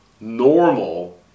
normal